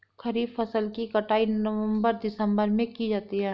खरीफ फसल की कटाई नवंबर दिसंबर में की जाती है